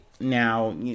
Now